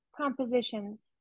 compositions